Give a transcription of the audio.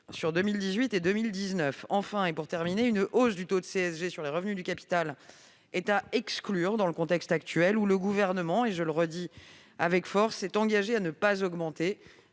en 2018 et 2019. Enfin, et pour terminer, une hausse du taux de CSG sur les revenus du capital est à exclure dans un contexte où le Gouvernement- je le redis avec force -s'est engagé à ne pas augmenter